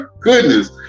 goodness